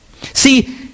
See